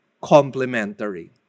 complementary